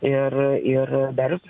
ir ir dar